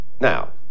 now